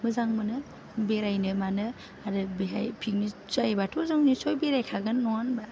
मोजां मोनो बेरायनो मानो आरो बेहाय पिकनिक जायोबाथ' जों निसय बेरायखागोन नङा होमबा